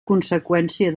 conseqüència